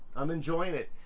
i'm enjoying it.